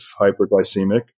hyperglycemic